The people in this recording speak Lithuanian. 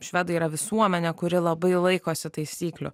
švedai yra visuomenė kuri labai laikosi taisyklių